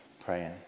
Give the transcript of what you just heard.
praying